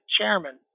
chairman